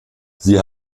sie